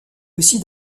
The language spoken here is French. aussi